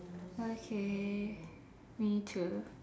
okay me too